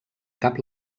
cap